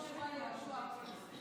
אחרי שסידרת לאחותך עבודה במפלגת העבודה.